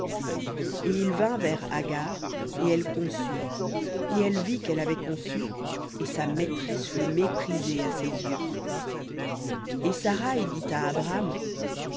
il vint vers agar et elle conçut et elle vit qu'elle avait conçu et sa maîtresse fut méprisée à ses yeux et saraï dit à abram